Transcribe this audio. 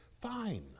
fine